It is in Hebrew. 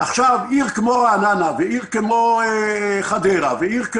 עיר כמו רעננה, עיר כמו חדרה נמצא